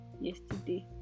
yesterday